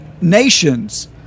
Nations